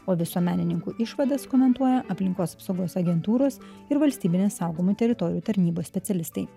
o visuomenininkų išvadas komentuoja aplinkos apsaugos agentūros ir valstybinės saugomų teritorijų tarnybos specialistai